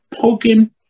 poking